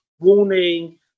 warning